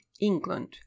England